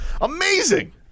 Amazing